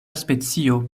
specio